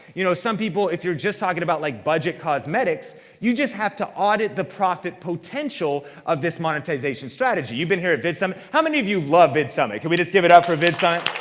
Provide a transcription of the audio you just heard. you know some people, if you're just talking about like budget cosmetics, you just have to audit the profit potential of this monetization strategy. you've been here at vidsummit. how many of you've loved vidsummit? can we just give it up for vidsummit